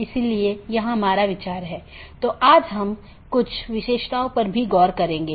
इसलिए आज हम BGP प्रोटोकॉल की मूल विशेषताओं पर चर्चा करेंगे